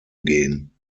gehen